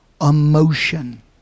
emotion